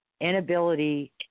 inability